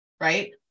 right